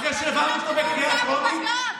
אחרי שהעברנו אותו בקריאה הטרומית,